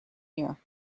year